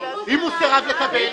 ואם הוא סירב לקבל?